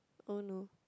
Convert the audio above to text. oh no